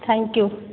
thank you